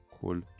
cool